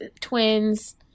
twins